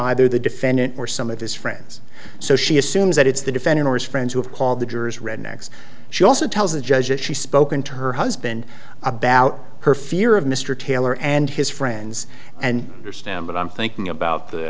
either the defendant or some of his friends so she assumes that it's the defendant or his friends who have called the jurors redneck's she also tells the judge that she's spoken to her husband about her fear of mr taylor and his friends and stammered i'm thinking about the